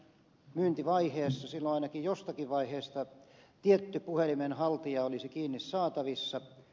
silloin ainakin jossakin vaiheessa tietty puhelimen haltija olisi kiinni saatavissa